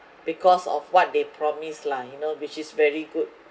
because of what they promise lah you know which is very good